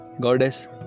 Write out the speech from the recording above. goddess